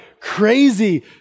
crazy